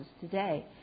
today